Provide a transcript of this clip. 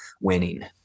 winning